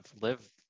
live